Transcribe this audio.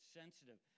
sensitive